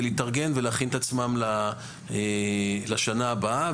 להתארגן ולהכין את עצמם לשנה הבאה.